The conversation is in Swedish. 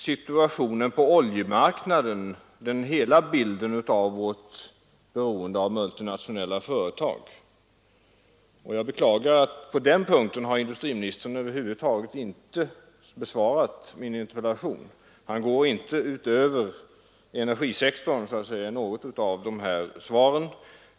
Situationen på oljemarknaden ger emellertid inte hela bilden av vårt beroende av multinationella företag, och jag beklagar att industriministern över huvud taget inte har besvarat frågan i den punkten i min interpellation. Han går inte utöver energisektorn i någon del av sitt svar.